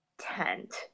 tent